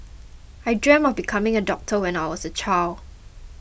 I dreamt of becoming a doctor when I was a child